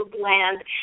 land